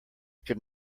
could